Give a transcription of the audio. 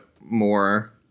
more